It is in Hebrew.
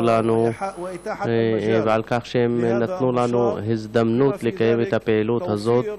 לנו ועל כך שהם נתנו לנו הזדמנות לקיים את הפעילות הזאת,